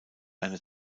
eine